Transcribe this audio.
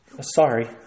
Sorry